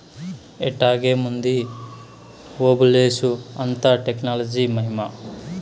ఎట్టాగేముంది ఓబులేషు, అంతా టెక్నాలజీ మహిమా